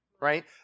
Right